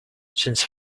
since